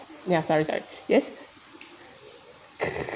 ya sorry sorry yes